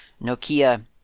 Nokia